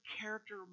character